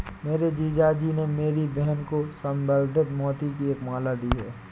मेरे जीजा जी ने मेरी बहन को संवर्धित मोती की एक माला दी है